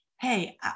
hey